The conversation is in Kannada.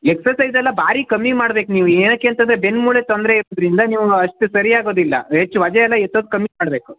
ಎಕ್ಸಸೈಝ್ ಎಲ್ಲ ಭಾರಿ ಕಮ್ಮಿ ಮಾಡ್ಬೇಕು ನೀವು ಏನಕ್ಕೆ ಅಂತಂದರೆ ಬೆನ್ನು ಮೂಳೆಗೆ ತೊಂದರೆ ಇಪ್ಪುದರಿಂದ ನೀವು ಅಷ್ಟು ಸರಿ ಆಗೋದಿಲ್ಲ ಹೆಚ್ಚು ವಜ ಎಲ್ಲ ಎತ್ತೋದು ಕಮ್ಮಿ ಮಾಡಬೇಕು